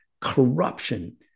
corruption